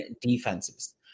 defenses